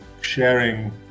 sharing